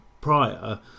prior